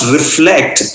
Reflect